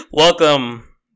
welcome